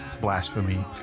blasphemy